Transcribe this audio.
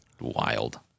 wild